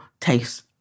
taste